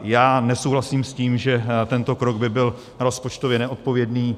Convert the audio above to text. Já nesouhlasím s tím, že tento krok by byl rozpočtově neodpovědný.